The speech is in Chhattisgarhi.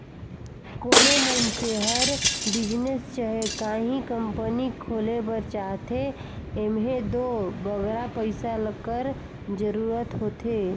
कोनो मइनसे हर बिजनेस चहे काहीं कंपनी खोले बर चाहथे एम्हें दो बगरा पइसा कर जरूरत होथे